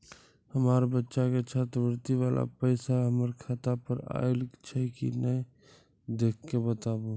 हमार बच्चा के छात्रवृत्ति वाला पैसा हमर खाता पर आयल छै कि नैय देख के बताबू?